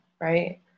right